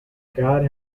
god